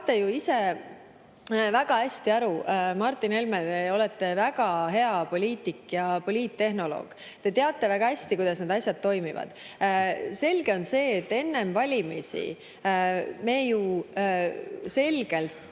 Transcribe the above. saate ju ise väga hästi aru, Martin Helme, te olete väga hea poliitik ja poliittehnoloog. Te teate väga hästi, kuidas need asjad toimivad. Selge on see, et enne valimisi me ju selgelt